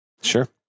Sure